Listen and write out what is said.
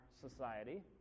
society